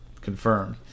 Confirmed